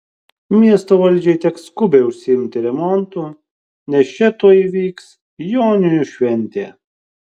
miesto valdžiai teks skubiai užsiimti remontu nes čia tuoj vyks joninių šventė